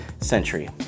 century